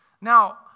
Now